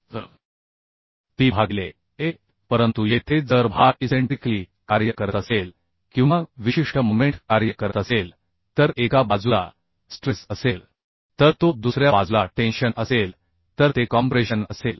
तर p भागिले a परंतु येथे जर भार इसेंट्रिकली कार्य करत असेल किंवा विशिष्ट मोमेंट कार्य करत असेल तर एका बाजूला स्ट्रेस असेल तर तो दुसऱ्या बाजूला टेंशन असेल तर ते कॉम्प्रेशन असेल